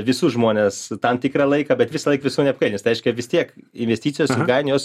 visus žmones tam tikrą laiką bet visąlaik visų neapkvailins tai reiškia vis tiek investicijos ilgainiui jos